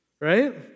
right